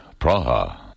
Praha